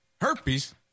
Herpes